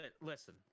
Listen